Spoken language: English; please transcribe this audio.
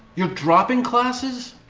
you're dropping classes?